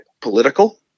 political